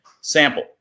sample